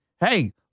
hey